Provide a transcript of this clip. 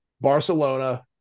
Barcelona